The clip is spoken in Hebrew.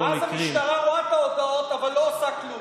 אז המשטרה רואה את ההודעות אבל לא עושה כלום.